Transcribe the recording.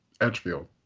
Edgefield